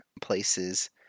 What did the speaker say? places